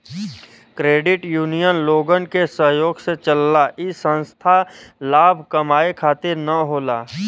credit union लोगन के सहयोग से चलला इ संस्था लाभ कमाये खातिर न होला